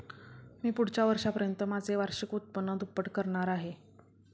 मी पुढच्या वर्षापर्यंत माझे वार्षिक उत्पन्न दुप्पट करणार आहे